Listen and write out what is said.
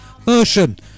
version